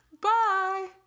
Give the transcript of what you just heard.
Bye